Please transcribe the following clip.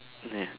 ya